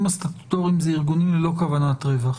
הסטטוטוריים אלה ארגונים ללא כוונת רווח.